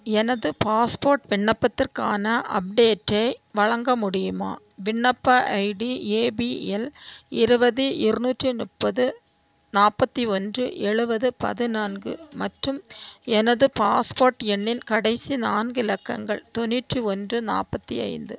எனது பாஸ்போர்ட் விண்ணப்பத்திற்கான அப்டேட்டை வழங்க முடியுமா விண்ணப்ப ஐடி ஏபிஎல் இருபது இரநூற்றி முப்பது நாற்பத்தி ஒன்று எழுவது பதினான்கு மற்றும் எனது பாஸ்போர்ட் எண்ணின் கடைசி நான்கு இலக்கங்கள் தொண்ணூற்றி ஒன்று நாற்பத்தி ஐந்து